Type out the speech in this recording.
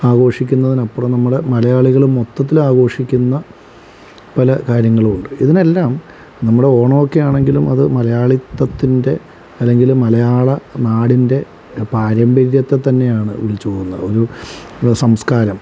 ആഘോഷിക്കുന്നതിനപ്പുറം നമ്മള് മലയാളികള് മൊത്തത്തില് ആഘോഷിക്കുന്ന പല കാര്യങ്ങളും ഉണ്ട് ഇതിനെല്ലാം നമ്മള് ഓണമൊക്കെ ആണെങ്കിലും അത് മലയാളിത്തത്തിൻ്റെ അല്ലെങ്കില് മലയാള നാടിൻ്റെ പാരമ്പര്യത്തെ തന്നെയാണ് വിളിച്ചു പോവുന്നത് ഒരു സംസ്കാരം